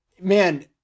man